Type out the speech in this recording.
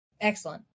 Excellent